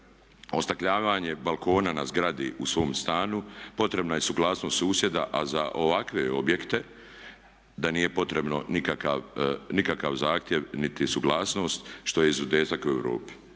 ostakljivanje balkona na zgradi u svom stanu potrebna je suglasnost susjeda a za ovakve objekte da nije potrebno nikakav zahtjev niti suglasnost što je izuzetak u Europi.